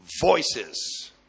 voices